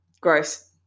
gross